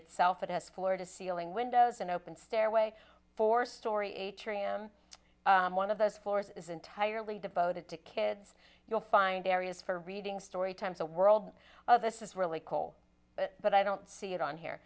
itself it has floor to ceiling windows and open stairway four story atrium one of those floors is entirely devoted to kids you'll find areas for reading story times the world of this is really cool but i don't see it on here